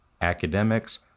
academics